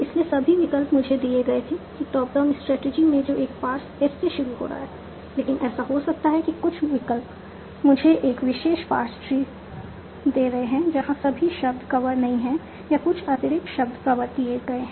इसलिए सभी विकल्प मुझे दिए गए थे कि टॉप डाउन स्ट्रेटजी में जो एक पार्स S से शुरू हो रहा है लेकिन ऐसा हो सकता है कि कुछ विकल्प मुझे एक विशेष पार्स ट्री दे रहे हैं जहां सभी शब्द कवर नहीं हैं या कुछ अतिरिक्त शब्द कवर किए गए हैं